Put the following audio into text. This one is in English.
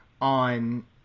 on